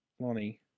Lonnie